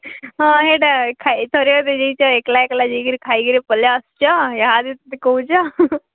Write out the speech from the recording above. ହଁ ହେଟା ଖାଇ ଥରେ ଅଧେ ଯାଇଛ ଏକ୍ଲା ଏକ୍ଲା ଯାଇକିରି ଖାଇକିରି ପଲେଇ ଆସୁଚ ଇହାଦେ କହୁଚ